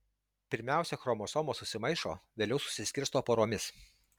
pirmiausia chromosomos susimaišo vėliau susiskirsto poromis